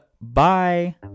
Bye